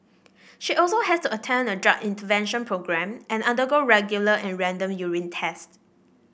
she also has to attend a drug intervention programme and undergo regular and random urine tests